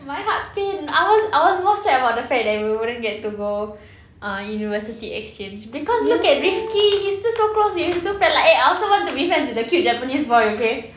my heart pain I was I was more sad about the fact that we wouldn't get to go uh university exchange because look at rifqi he's still so close with his two friends like eh I also want to be friends with a cute japanese boy okay